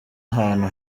ahantu